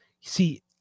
see